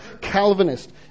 Calvinist